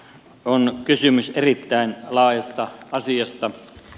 on kysymys erittäin laajasta asiasta